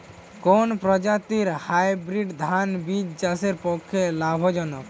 কোন প্রজাতীর হাইব্রিড ধান বীজ চাষের পক্ষে লাভজনক?